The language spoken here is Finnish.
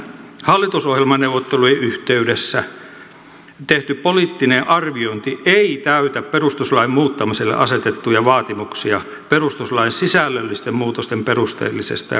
hallitusohjelmaneuvottelujen yhteydessä tehty poliittinen arviointi ei täytä perustuslain muuttamiselle asetettuja vaatimuksia perustuslain sisällöllisten muutosten perusteellisesta ja huolellisesta arvioinnista